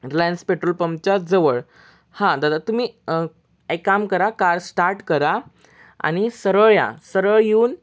Reliance petrol पंपच्या जवळ हां दादा तुम्ही एक काम करा कार स्टार्ट करा आणि सरळ या सरळ येऊन